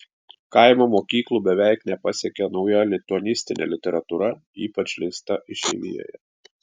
kaimo mokyklų beveik nepasiekia nauja lituanistinė literatūra ypač leista išeivijoje